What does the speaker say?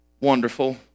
Wonderful